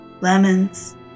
lemons